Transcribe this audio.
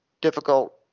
difficult